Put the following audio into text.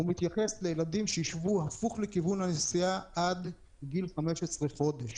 מתייחס לילדים שישבו הפוך לכיוון הנסיעה עד גיל 15 חודשים.